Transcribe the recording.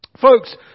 Folks